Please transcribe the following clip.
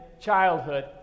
childhood